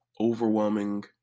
overwhelming